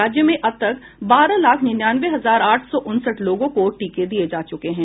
राज्य में अब तक बारह लाख निन्यानवे हजार आठ सौ उनसठ लोगों को टीके दिये जा चुके हैं